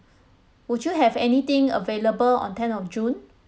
would you have anything available on ten of june